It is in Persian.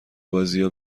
بازیا